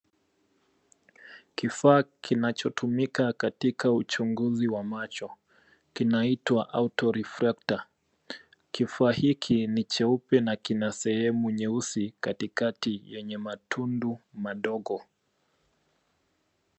Kifaa kinachotumika katika uchunguzi wa macho. Kinaitwa autoreflector . Kifaa hiki ni cheupe na kina sehemu nyeusi katikati yenye matundu madogo.